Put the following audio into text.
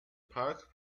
park